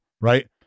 right